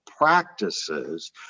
practices